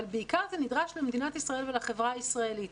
בעיקר הוא נדרש למדינת ישראל ולחברה הישראלית.